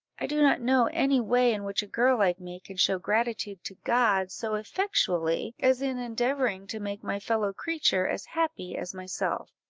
i do not know any way in which a girl like me can show gratitude to god so effectually, as in endeavouring to make my fellow-creature as happy as myself,